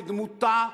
בדמותה,